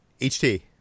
HT